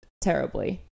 terribly